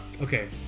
Okay